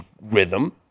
rhythm